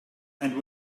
and